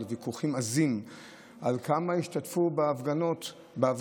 לוויכוחים עזים על כמה השתתפו בהפגנה,